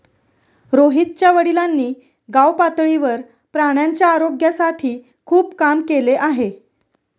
रोहितच्या वडिलांनी गावपातळीवर प्राण्यांच्या आरोग्यासाठी खूप काम केले आहे